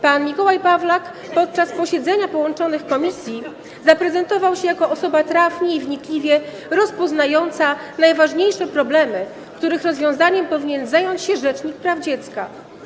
Pan Mikołaj Pawlak podczas posiedzenia połączonych komisji zaprezentował się jako osoba trafnie i wnikliwie rozpoznająca najważniejsze problemy, których rozwiązaniem powinien zająć się rzecznik praw dziecka.